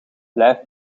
blijf